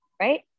right